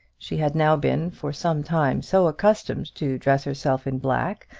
she had now been for some time so accustomed to dress herself in black,